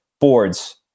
boards